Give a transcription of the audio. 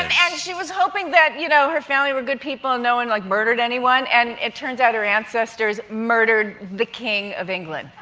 um and she was hoping that you know her family were good people and no one, like, murdered anyone, and it turns out her ancestors murdered the king of england!